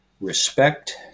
respect